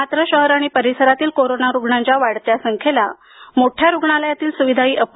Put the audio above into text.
मात्र शहर आणि परिसरातील कोरोना रुग्णांच्या वाढत्या संख्येला मोठया रुग्णालयातील सुविधा अप्